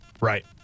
Right